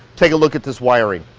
take a look at this wiring.